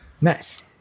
Nice